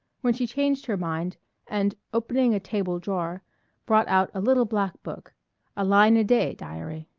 when she changed her mind and opening a table drawer brought out a little black book a line-a-day diary.